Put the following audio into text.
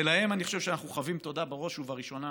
ולהם אני חושב שאנחנו חבים תודה בראש ובראשונה.